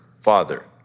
Father